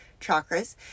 chakras